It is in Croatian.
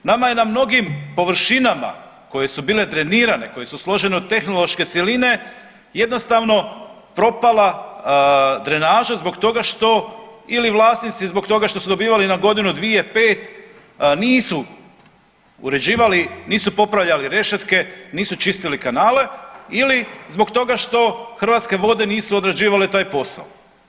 Nama je na mnogim površinama koje su bile drenirane, koje su složene od tehnološke cjeline jednostavno propala drenaža zbog toga što ili vlasnici zbog toga što su dobivali na godinu, dvije, pet nisu uređivali, nisu popravljali rešetke, nisu čistili kanale ili zbog toga što Hrvatske vode nisu odrađivale taj posao.